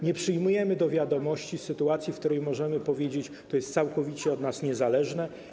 Nie przyjmujemy do wiadomości sytuacji, w której możemy powiedzieć: to jest całkowicie od nas niezależne.